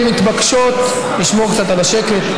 אתן מתבקשות לשמור קצת על השקט.